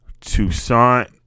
Toussaint